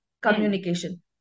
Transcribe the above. communication